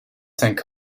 cinq